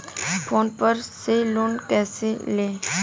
Phone पर से loan कैसे लें?